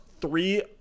three